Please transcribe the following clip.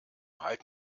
halt